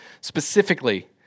specifically